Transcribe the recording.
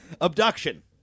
Abduction